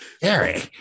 Gary